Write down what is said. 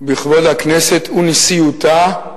בכבוד הכנסת ונשיאותה,